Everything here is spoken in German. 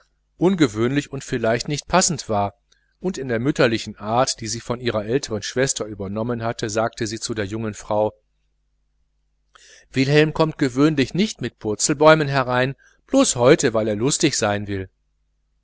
ungewöhnlich und vielleicht nicht passend war und in der mütterlichen art die sie von ihrer älteren schwester überkommen hatte sagte sie zu der jungen frau wilhelm kommt gewöhnlich nicht mit purzelbäumen herein bloß heute weil er lustig sein will